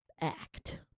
act